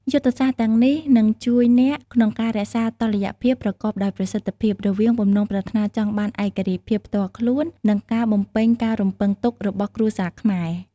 យុទ្ធសាស្ត្រទាំងនេះនឹងជួយអ្នកក្នុងការរក្សាតុល្យភាពប្រកបដោយប្រសិទ្ធភាព រវាងបំណងប្រាថ្នាចង់បានឯករាជ្យភាពផ្ទាល់ខ្លួន និងការបំពេញការរំពឹងទុករបស់គ្រួសារខ្មែរ។